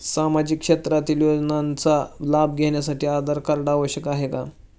सामाजिक क्षेत्रातील योजनांचा लाभ घेण्यासाठी आधार कार्ड आवश्यक आहे का?